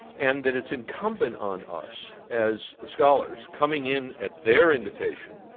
and that it's incumbent on us as scholars, coming in at their invitation,